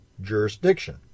jurisdiction